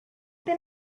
been